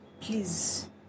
Please